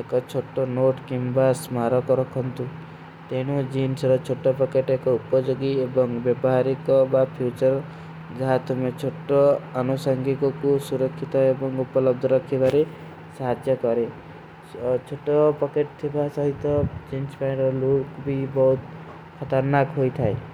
ଏକ ଚୋଟୋ ନୋଟ କେଂବା ସ୍ମାରକ ରଖନ ଥୁ। ତେନୋ ଜୀନ୍ଚ ରେ ଚୋଟୋ ପକେଟ ଏକ ଉପଜଗୀ ଏବଂଗ ଵିଭାରୀ କା ବାପ ଫ୍ଯୂଚର ଜହାତ ମେଂ ଚୋଟୋ ଅନୁସଂଗୀ କୋ କୁଛ। ସୁରକ୍ଷିତ ଏବଂଗ ଉପଲ ଅ ପଡତେ କେ ଲିଏ ଜନନେ କେ ଲିଏ ଜନନେ କେ ଲିଏ ଜନନେ କେ ଲିଏ ଜନନେ କେ ଲିଏ ଜନନେ। କେ ଲିଏ ଜନନେ କେ ଲିଏ ଜନନେ କେ ଲିଏ ଜନନେ କେ ଲିଏ ଜନନେ କେ ଲିଏ ଜନନେ କେ। ଲିଏ ଜନନେ କେ ଲିଏ ଜନନେ କେ ଲିଏ ଜନନେ କେ ଲିଏ ଜନନେ କେ ଲିଏ ଜନନେ କେ ଲିଏ ଜନନେ।